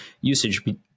usage